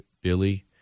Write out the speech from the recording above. Billy